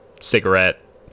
cigarette